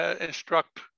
instruct